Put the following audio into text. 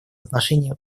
отношении